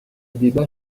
débat